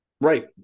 Right